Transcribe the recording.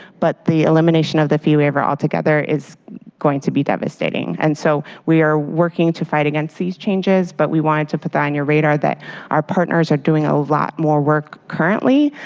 but the elimination of the fee waiver altogether is going to be devastating. and so we are working to fight against these changes, but we wanted to put that on your radar that our partners are doing a lot more work currently,